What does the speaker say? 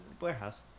warehouse